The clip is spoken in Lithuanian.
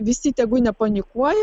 visi tegu nepanikuoja